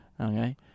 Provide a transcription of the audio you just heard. Okay